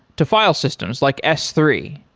to file systems like s three.